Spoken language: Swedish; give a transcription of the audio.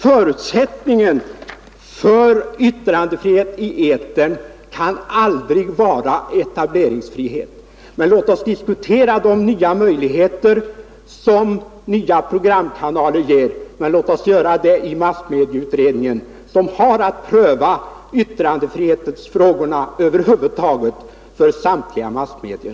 Förutsättningen för yttrandefrihet i etern kan aldrig vara etableringsfrihet. Låt oss diskutera de möjligheter som nya programkanaler ger, men låt oss göra det i massmedieutredningen, som har att pröva yttrandefrihetsfrågorna för samtliga massmedier!